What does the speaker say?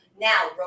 now